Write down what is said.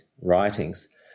writings